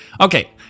Okay